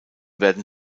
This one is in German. werden